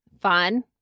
fun